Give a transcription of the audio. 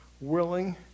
willing